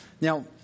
Now